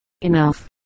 Enough